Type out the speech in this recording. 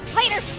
later!